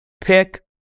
Pick